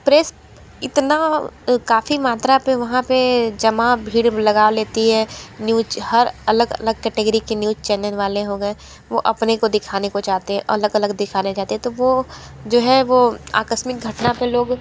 press इतना काफ़ी मात्रा पे वहाँ पे जमा भीड़ लगा लेती है न्यूज हर अलग अलग केटेगरी के न्यूज चैनल वाले हो गए हैं वो अपने को दिखाने को जाते हैं अलग अलग दिखाने जाते हैं तो वो जो है वो आकस्मिक घटना पे लोग